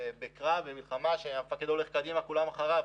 שבקרב, במלחמה, המפקד הולך קדימה וכולם אחריו.